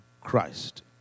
Christ